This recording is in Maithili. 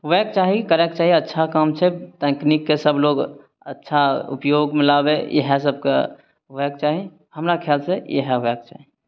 हुएक चाही करएके चाही अच्छा काम छै ताइकनीककए सबलोग अच्छा उपयोगमे लाबए इहएसबकए हुएक चाही हमरा ख्यालसए इहए हुएक चाही